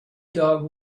dog